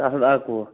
ستھ ہتھ اکوُہ